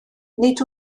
nid